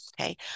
okay